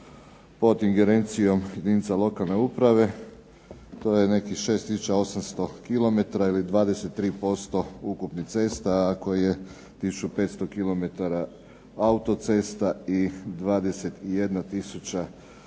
pod ingerencijom jedinica lokalne uprave to je nekih 6800 km ili 23% ukupnih cesta, ako je 1500 km autocesta i 21